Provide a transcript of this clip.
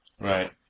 Right